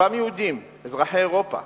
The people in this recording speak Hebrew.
אותם יהודים אזרחי אירופה